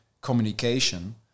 communication